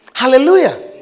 Hallelujah